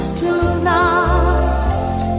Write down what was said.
tonight